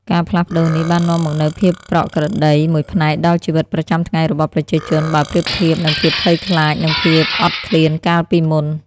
ការផ្លាស់ប្តូរនេះបាននាំមកនូវភាពប្រក្រតីមួយផ្នែកដល់ជីវិតប្រចាំថ្ងៃរបស់ប្រជាជន បើប្រៀបធៀបនឹងភាពភ័យខ្លាច និងភាពអត់ឃ្លានកាលពីមុន។